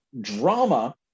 drama